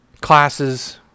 classes